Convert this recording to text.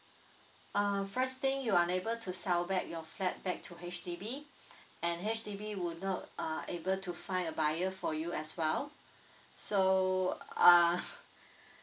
uh first thing you unable to sell back your flat back to H_D_B and H_D_B would not uh able to find a buyer for you as well so uh